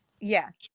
Yes